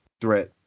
threat